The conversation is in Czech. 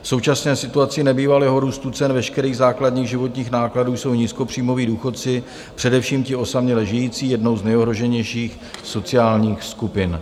V současné situaci nebývalého růstu cen veškerých základních životních nákladů jsou nízkopříjmoví důchodci, především ti osaměle žijící, jednou z nejohroženějších sociálních skupin.